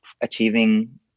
achieving